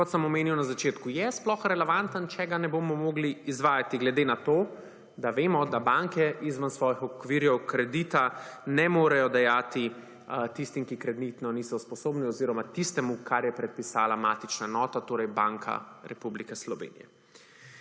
kot sem omenil na začetku, je sploh relevanten, če ga ne bomo mogli izvajati glede na to, da vemo, da banke izven svojih okvirjev kredita ne morejo dajati tistim, ki kreditno niso sposobni oziroma tistemu, kar je predpisala matična enota, torej Banka Republike Slovenije.